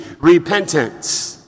repentance